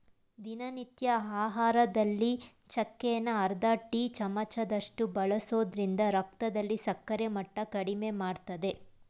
ದಿನನಿತ್ಯ ಆಹಾರದಲ್ಲಿ ಚಕ್ಕೆನ ಅರ್ಧ ಟೀ ಚಮಚದಷ್ಟು ಬಳಸೋದ್ರಿಂದ ರಕ್ತದಲ್ಲಿ ಸಕ್ಕರೆ ಮಟ್ಟ ಕಡಿಮೆಮಾಡ್ತದೆ